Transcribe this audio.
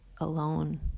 alone